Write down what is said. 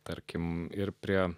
tarkim ir prie